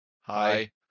Hi